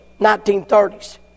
1930s